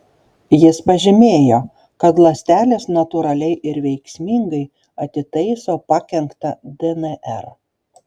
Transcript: jis pažymėjo kad ląstelės natūraliai ir veiksmingai atitaiso pakenktą dnr